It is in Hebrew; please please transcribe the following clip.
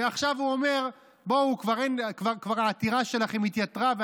ועכשיו הוא אומר: העתירה שלכם כבר התייתרה,